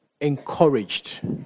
encouraged